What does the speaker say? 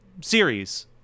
series